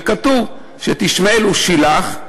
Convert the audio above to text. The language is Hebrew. וכתוב שאת ישמעאל הוא שילח,